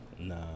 Nah